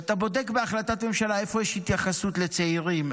ואתה בודק בהחלטת ממשלה איפה יש התייחסות לצעירים,